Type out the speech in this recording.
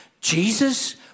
Jesus